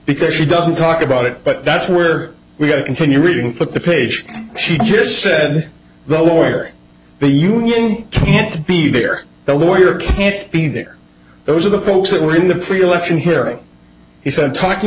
because she doesn't talk about it but that's where we're going to continue reading but the page she just said the lawyer but you can't be there the warrior can't be there those are the folks that were in the free election hearing he said talking